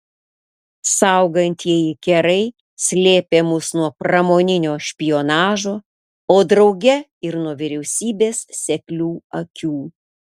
saugantieji kerai slėpė mus nuo pramoninio špionažo o drauge ir nuo vyriausybės seklių akių